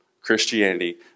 Christianity